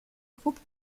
groupe